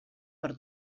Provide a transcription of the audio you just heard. per